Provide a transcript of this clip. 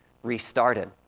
restarted